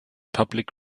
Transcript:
public